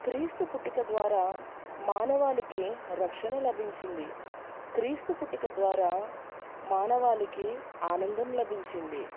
క్రీస్తు పుట్టుక ద్వారా మానవాళికి రక్షణ లభించింది క్రీస్తు పుట్టుక ద్వారా మానవాళికి ఆనందం లభించింది